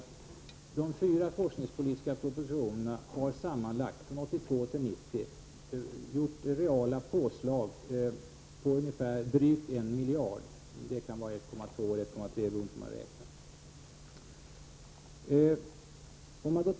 De fyra forskningspolitiska propositionerna har sammanlagt, 1982-1990, inneburit reala påslag på ungefär drygt 1 miljard kronor, det kan röra sig om 1,2 eller 1,3 miljarder, beroende på hur man räknar.